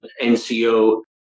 NCO